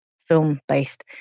film-based